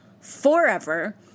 forever